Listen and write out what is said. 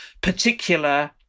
particular